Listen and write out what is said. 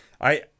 I-